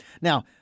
Now